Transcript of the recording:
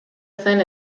zen